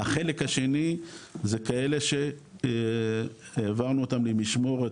החלק השני זה כאלה שהעברנו אותם למשמורת,